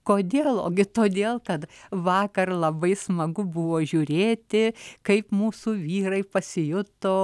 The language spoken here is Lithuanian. kodėl ogi todėl kad vakar labai smagu buvo žiūrėti kaip mūsų vyrai pasijuto